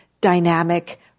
dynamic